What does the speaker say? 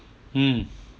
mm